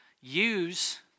use